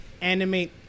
animate